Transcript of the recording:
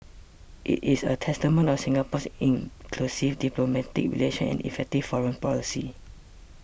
it is a testament of Singapore's inclusive diplomatic relations and effective foreign policy